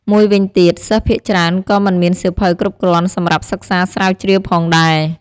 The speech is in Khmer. មួយវិញទៀត សិស្សភាគច្រើនក៏មិនមានសៀវភៅគ្រប់គ្រាន់សម្រាប់សិក្សាស្រាវជ្រាវផងដែរ។